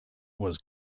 was